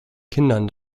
kindern